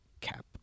cap